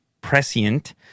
prescient